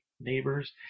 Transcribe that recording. neighbors